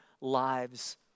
lives